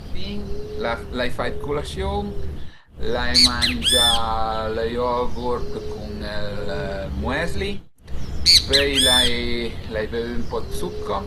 Stamatin l'ai fait culasiun, l'ai mangià lë yogurt cun ël muesli, pöi l'ai bevü ën po dë succo